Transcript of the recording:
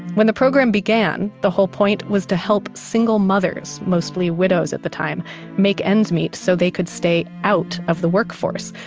when the program began, the whole point was to help single mothers, mostly widows at the time make ends meet so they could stay out of the workforce.